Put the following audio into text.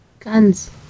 Guns